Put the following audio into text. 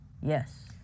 yes